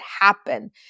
happen